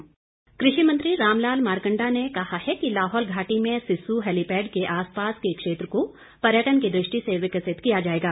मारकंडा कृषि मंत्री राम लाल मारकंडा ने कहा है कि लाहौल घाटी में सिस्सू हैलीपैड के आसपास के क्षेत्र को पर्यटन की दृष्टि से विकसित किया जाएगा